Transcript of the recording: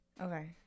Okay